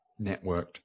networked